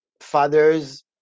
fathers